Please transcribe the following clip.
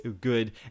good